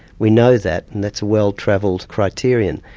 we know that, and that's a well-travelled criterion.